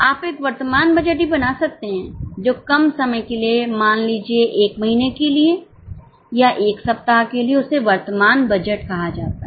आप एक वर्तमान बजट भी बना सकते हैं जो कम समय के लिए मान लीजिए एक महीने के लिए या एक सप्ताह के लिए उसे वर्तमान बजट कहा जा सकता है